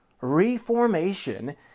Reformation